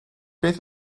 beth